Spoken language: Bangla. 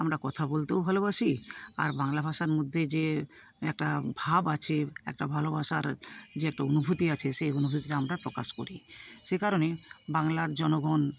আমরা কথা বলতেও ভালোবাসি আর বাংলা ভাষার মধ্যে যে একটা ভাব আছে একটা ভালোবাসার যে একটা অনুভূতি আছে সে অনুভূতিটা আমরা প্রকাশ করি সে কারণে বাংলার জনগণ